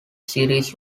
series